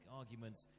arguments